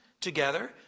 together